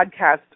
podcast